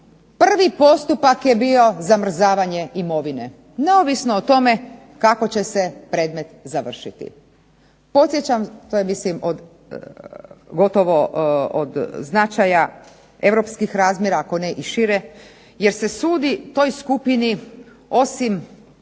prvi postupak je bio zamrzavanje imovine, neovisno o tome kako će se predmet završiti. Podsjećam, to je mislim gotovo od značaja europskih razmjera ako ne i šire jer se sudi toj skupini osim